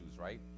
right